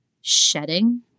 shedding